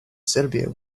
serbia